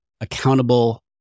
accountable